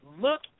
Look